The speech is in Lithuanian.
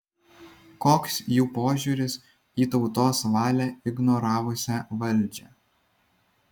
koks jų požiūris į tautos valią ignoravusią valdžią